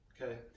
okay